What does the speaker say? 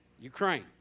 Ukraine